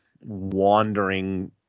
wandering